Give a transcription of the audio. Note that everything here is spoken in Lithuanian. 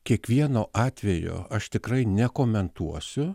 kiekvieno atvejo aš tikrai nekomentuosiu